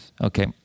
okay